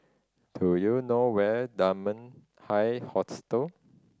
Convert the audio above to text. do you know where Dunman High Hostel